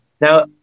Now